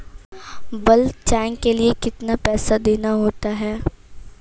Bulk tank के लिए कितना पैसा देना होता है?